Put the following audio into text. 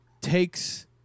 takes